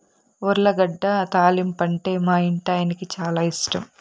ఉర్లగడ్డ తాలింపంటే మా ఇంటాయనకి చాలా ఇష్టం